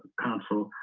council.